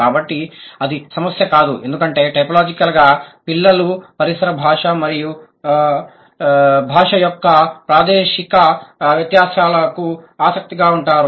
కాబట్టి అది సమస్య కాదు ఎందుకంటే టైపోలాజికల్గా పిల్లలు పరిసర భాష యొక్క ప్రాదేశిక వ్యత్యాసాలకు ఆసక్తిగా ఉంటారు